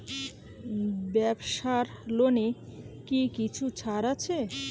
ব্যাবসার লোনে কি কিছু ছাড় আছে?